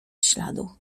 śladu